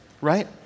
right